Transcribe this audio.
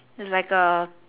like a